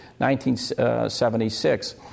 1976